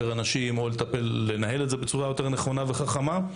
אנשים או לנהל את זה בצורה נכונה יותר וחכמה,